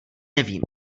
nevím